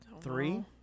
Three